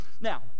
Now